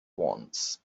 wants